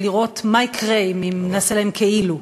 ולראות מה יקרה אם נעשה להם "כאילו".